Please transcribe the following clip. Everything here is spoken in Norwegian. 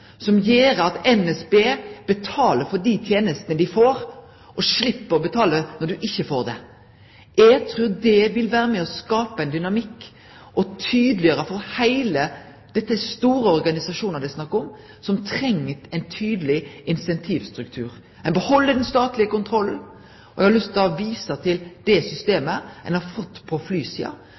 å betale når dei ikkje får dei? Eg trur det vil vere med og skape ein dynamikk og gjere det tydeleg for alle – det er store organisasjonar det er snakk om, som treng ein tydeleg incentivstruktur. Ein beheld den statlege kontrollen. Eg har lyst til å vise til det systemet ein har fått på flysida,